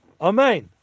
Amen